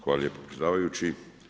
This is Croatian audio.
Hvala lijepo predsjedavajući.